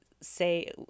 say